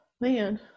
Man